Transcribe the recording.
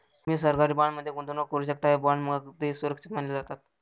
तुम्ही सरकारी बॉण्ड्स मध्ये गुंतवणूक करू शकता, हे बॉण्ड्स अगदी सुरक्षित मानले जातात